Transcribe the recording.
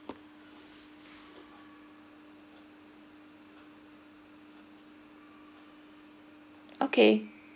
okay